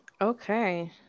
okay